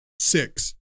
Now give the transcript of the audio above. Six